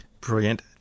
Brilliant